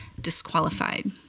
disqualified